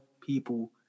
people